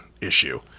issue